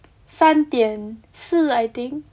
三点四 I think